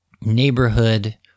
neighborhood